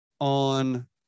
on